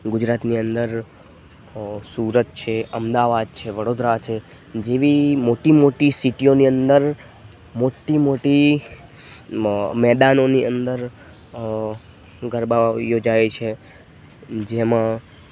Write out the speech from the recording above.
ગુજરાતની અંદર સુરત છે અમદાવાદ છે વડોદરા છે તેવી મોટી મોટી સિટીઓની અંદર મોટી મોટી મેદાનોની અંદર ગરબા યોજાય છે જેમાં